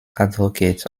advocate